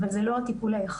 אבל היא לא הטיפול היחיד.